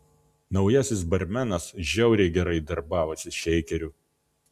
naujasis barmenas žiauriai gerai darbavosi šeikeriu